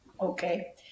Okay